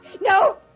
No